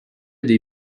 dei